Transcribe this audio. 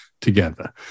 together